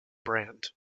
brand